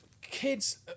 kids